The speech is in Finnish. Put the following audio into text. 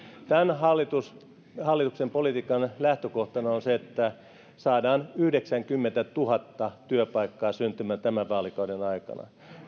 tämän hallituksen politiikan lähtökohtana on se että saadaan yhdeksänkymmentätuhatta työpaikkaa syntymään tämän vaalikauden aikana